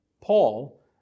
Paul